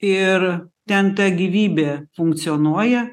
ir ten ta gyvybė funkcionuoja